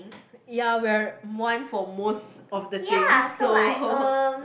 ya we're one for most of the things so